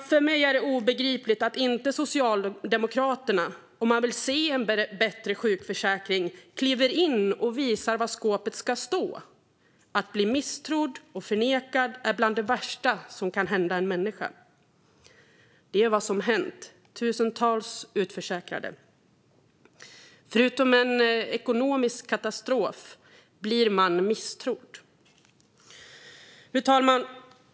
För mig är det obegripligt att inte Socialdemokraterna - om de vill se en bättre sjukförsäkring - kliver in och visar var skåpet ska stå. Att bli misstrodd och förnekad är bland det värsta som kan hända en människa. Det är vad som har hänt tusentals utförsäkrade. Förutom en ekonomisk katastrof blir man misstrodd. Fru talman!